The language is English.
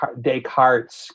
Descartes